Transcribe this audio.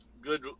good